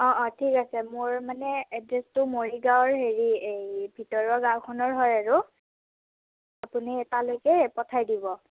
অঁ অঁ ঠিক আছে মোৰ মানে এড্ৰেছটো মৰিগাঁওৰ হেৰি এই ভিতৰৰ গাঁওখনৰ হয় আৰু আপুনি তালৈকে পঠাই দিব